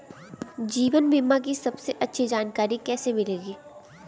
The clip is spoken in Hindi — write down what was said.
जीवन बीमा की सबसे अच्छी जानकारी कैसे मिलेगी?